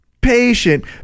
patient